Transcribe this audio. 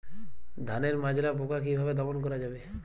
ধানের মাজরা পোকা কি ভাবে দমন করা যাবে?